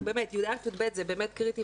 י"א-י"ב זה באמת קריטי,